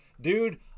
dude